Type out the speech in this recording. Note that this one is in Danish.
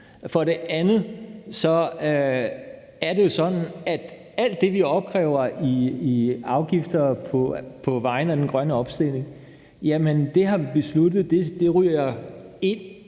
For det andet er det jo sådan, at alt det, vi opkræver i afgifter på vegne af den grønne omstilling, har vi besluttet ryger ind